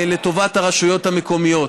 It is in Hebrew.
לטובת הרשויות המקומיות.